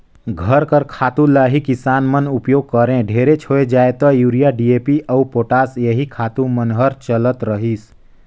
घर कर खातू ल ही किसान मन उपियोग करें ढेरेच होए जाए ता यूरिया, डी.ए.पी अउ पोटास एही खातू मन हर चलत रहिस